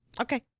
Okay